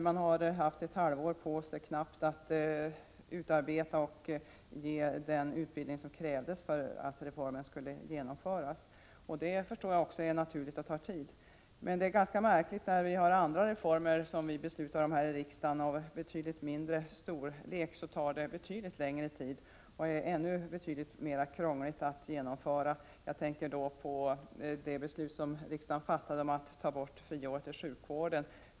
Försäkringskassorna har haft knappt ett halvår på sig att utarbeta och ge den utbildning som krävdes för att reformen skulle kunna genomföras. Jag förstår också att det är naturligt att detta tar tid. Det märkliga är att andra reformer av betydligt mindre omfattning, vilka vi har fattat beslut om här i riksdagen, tar mycket längre tid och är ännu krångligare att genomföra. Jag tänker på det beslut som riksdagen fattade om att ta bort friåret i sjukvården.